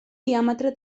diàmetre